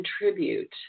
contribute